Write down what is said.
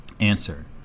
Answer